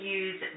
use